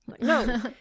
no